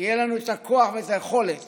שיהיו לנו הכוח ואת היכולת